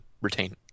retain